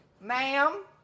Ma'am